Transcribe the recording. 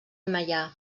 meià